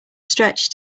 stretch